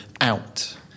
out